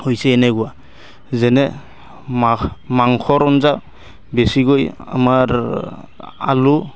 হৈছে এনেকুৱা যেনে মা মাংসৰ আঞ্জা বেছিকৈ আমাৰ আলু